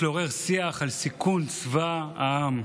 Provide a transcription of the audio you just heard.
בניסיון לעורר שיח על סיכון צבא העם.